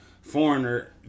foreigner